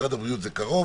משרד הבריאות זה קרוב,